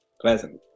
pleasant